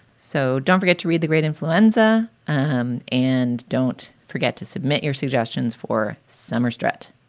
so don't forget to read the great influenza. um and don't forget to submit your suggestions for summer stret.